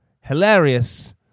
hilarious